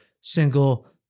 single